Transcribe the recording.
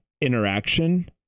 interaction